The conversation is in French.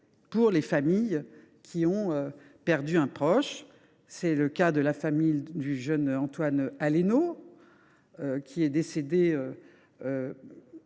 pour les familles qui ont perdu un proche. C’est le cas de la famille du jeune Antoine Alléno, tué par un